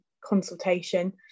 consultation